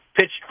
pitched